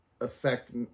affect